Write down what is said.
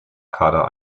kader